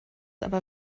aber